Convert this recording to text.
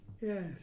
Yes